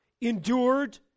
Endured